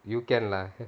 you can lah